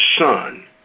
Son